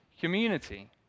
community